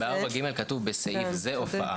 ב-4(ג) כתוב: "בסעיף זה הופעה".